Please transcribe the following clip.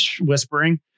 whispering